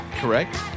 Correct